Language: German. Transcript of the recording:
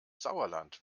sauerland